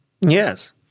Yes